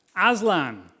Aslan